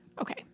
Okay